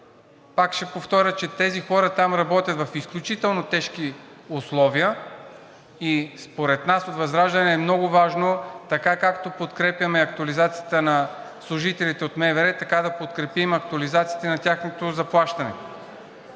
Пак ще повторя, че тези хора там работят в изключително тежки условия и според нас, от ВЪЗРАЖДАНЕ, е много важно така както подкрепяме актуализацията на служителите от МВР, така да подкрепим актуализацията и на тяхното заплащане.